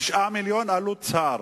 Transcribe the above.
9 מיליוני ש"ח עלות שר.